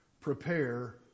prepare